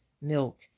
milk